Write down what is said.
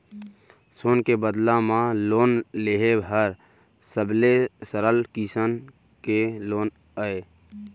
सोन के बदला म लोन लेहे हर सबले सरल किसम के लोन अय